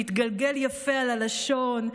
מתגלגל יפה על הלשון,